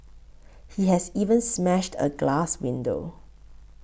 he has even smashed a glass window